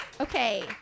okay